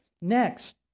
next